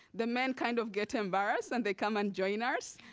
the men kind of get embarrassed, and they come and join us,